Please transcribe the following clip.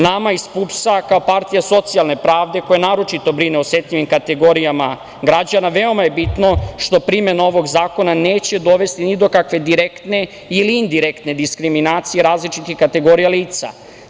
Nama iz PUPS-a, kao partija socijalne pravde koja naročito brine o osetljivim kategorijama građana, veoma je bitno što primena ovog zakona neće dovesti ni do kakve direktne ili indirektne diskriminacije različitih kategorija lica.